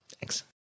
Thanks